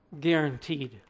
guaranteed